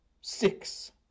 six